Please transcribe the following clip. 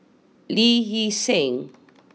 Lee Hee Seng